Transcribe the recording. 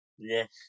Yes